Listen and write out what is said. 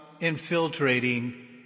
infiltrating